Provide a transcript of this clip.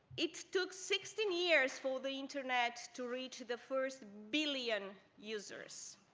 it took sixteen years for the internet to reach the first billion users.